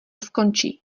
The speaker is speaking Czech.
skončí